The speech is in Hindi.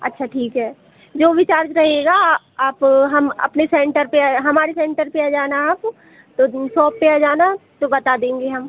अच्छा ठीक है जो भी चार्ज रहेगा आप हम अपने सेंटर पर हमारे सेंटर पर आ जाना आप तो सॉप पर आ जाना तो बता देंगे हम